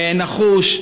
נחוש,